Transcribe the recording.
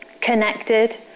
connected